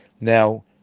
Now